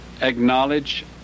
acknowledge